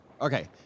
Okay